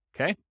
okay